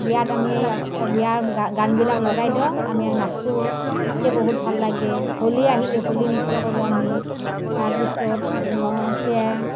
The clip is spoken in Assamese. বিয়াত আমি বিয়াৰ গানবিলাক লগাই দিওঁ আমি নাচোঁ তাতে বহুত ভাল লাগে হোলী আহিলে হোলী নৃত্য কৰোঁ আমি তাৰ পিছত